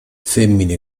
femmine